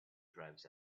drives